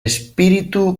espíritu